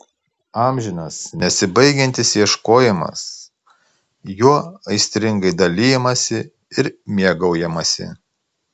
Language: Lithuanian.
amžinas nesibaigiantis ieškojimas juo aistringai dalijamasi ir mėgaujamasi